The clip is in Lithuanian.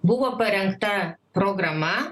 buvo parengta programa